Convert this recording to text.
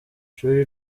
ishuri